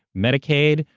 medicaid,